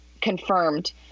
confirmed